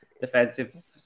defensive